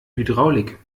hydraulik